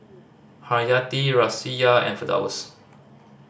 Haryati Raisya and Firdaus